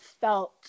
felt